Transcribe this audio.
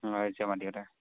ৰাইজে মাটি এটা